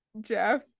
Jeff